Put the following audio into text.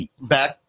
back